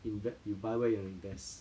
inve~ you buy where you want to invest